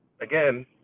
again